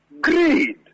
greed